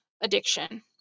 addiction